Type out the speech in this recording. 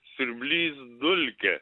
siurblys dulke